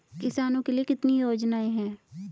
किसानों के लिए कितनी योजनाएं हैं?